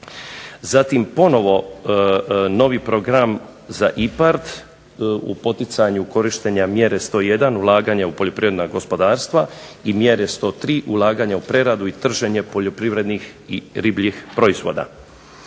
Zatim ponovo novi program za IPARD u poticanju korištenja mjere 101 ulaganje u poljoprivredna gospodarstva i mjere 103 ulaganja u preradu i trženje poljoprivrednih i ribljih proizvoda.